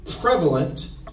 prevalent